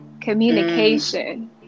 communication